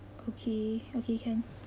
okay okay can